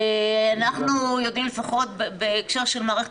ואנחנו יודעים לפחות בהקשר של מערכת